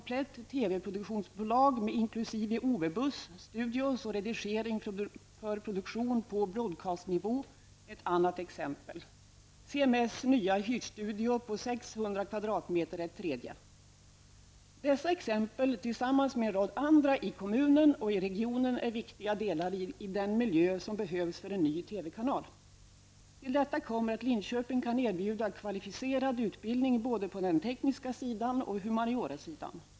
produktionsbolag inkl. OB-buss, studios och redigering för produktion på broadcast-nivå är ett annat exempel. CMS nya hyrstudio på 600 m2 är ett tredje. Dessa exempel tillsammans med en rad andra i kommunen och regionen är viktiga delar i den miljö som behövs för en ny TV-kanal. Till detta kommer att Linköping kan erbjuda kvalificerad utbildning både på den tekniska sidan och på humaniorasidan.